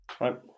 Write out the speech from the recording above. Right